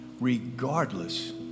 regardless